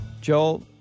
Joel